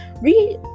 read